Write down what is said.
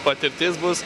patirtis bus